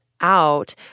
out